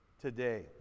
today